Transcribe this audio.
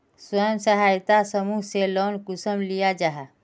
स्वयं सहायता समूह से लोन कुंसम लिया जाहा?